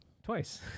twice